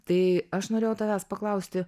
tai aš norėjau tavęs paklausti